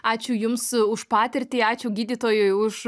ačiū jums už patirtį ačiū gydytojui už